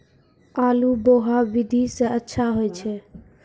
आलु बोहा विधि सै अच्छा होय छै?